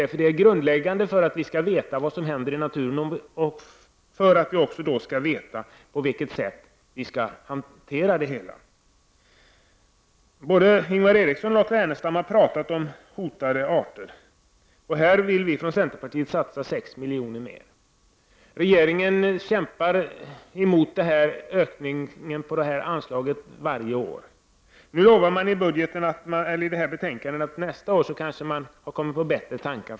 Kunskaper här är grundläggande för att vi skall veta vad som händer i naturen men också för att vi skall veta på vilket sätt vi skall hantera det hela. Både Ingvar Eriksson och Lars Ernestam har talat om hotade arter. I det avseendet vill vi i centerpartiet satsa ytterligare 6 miljoner. Regeringen kämpar emot en ökning av detta anslag varje år. Nu sägs det dock i detta betänkande att man till nästa år kanske kommer på bättre tankar.